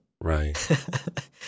Right